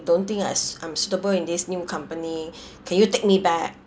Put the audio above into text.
don't think I s~ I'm suitable in this new company can you take me back